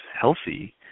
healthy